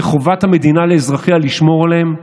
זו חובת המדינה לאזרחיה לשמור עליהם,